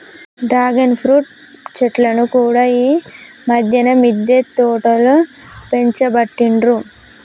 dragon fruit చెట్లను కూడా ఈ మధ్యన మిద్దె తోటలో పెంచబట్టిండ్రు